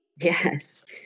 Yes